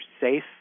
safe